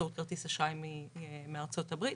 באמצעות כרטיס אשראי מארצות הברית,